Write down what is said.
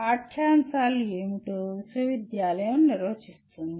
పాఠ్యాంశాలు ఏమిటో విశ్వవిద్యాలయం నిర్వచిస్తుంది